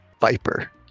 Viper